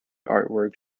artwork